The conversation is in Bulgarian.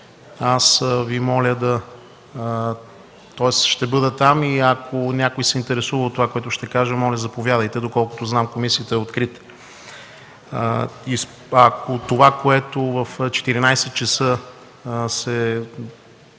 за изслушване. Аз ще бъда там и ако някой се интересува от това, което ще кажа, моля, заповядайте. Доколкото знам, комисията е открита. Ако това, което в 14,00 ч.